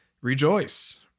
rejoice